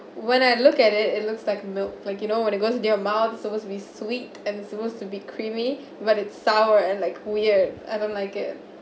when I look at it it looks like milk like you know when it goes to your mouth supposed to be sweet and supposed to be creamy but it's sour and like weird I don't like it